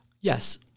Yes